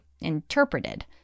interpreted